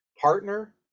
partner